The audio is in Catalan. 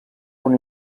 una